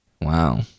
Wow